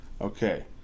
Okay